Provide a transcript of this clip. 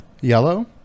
yellow